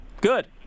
Good